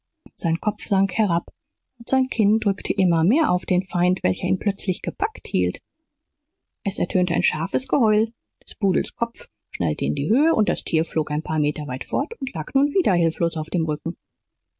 sein kopf sank herab und sein kinn drückte immer mehr auf den feind welcher ihn plötzlich gepackt hielt es ertönte ein scharfes geheul des pudels kopf schnellte in die höhe und das tier flog ein paar meter weit fort und lag nun wieder hilflos auf dem rücken